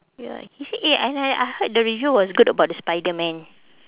ya he said eh and I I heard the review was good about the spiderman